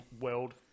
world